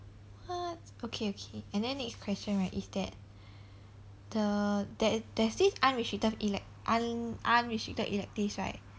what okay okay and then next question right is that the there there's this unrestricted elect un~ unrestricted electives right